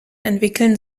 entwickeln